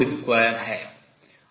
2 है